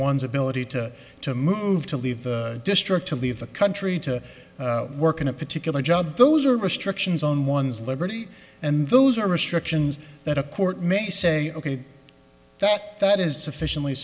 one's ability to to move to leave the district to leave the country to work in a particular job those are restrictions on one's liberty and those are restrictions that a court may say ok that that is sufficiently